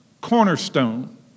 cornerstone